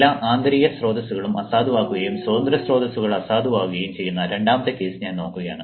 എല്ലാ ആന്തരിക സ്രോതസ്സുകളും അസാധുവാകുകയും സ്വതന്ത്ര സ്രോതസ്സുകൾ അസാധുവാകുകയും ചെയ്യുന്ന രണ്ടാമത്തെ കേസ് ഞാൻ നോക്കുകയാണ്